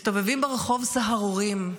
מסתובבים ברחוב סהרוריים,